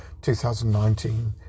2019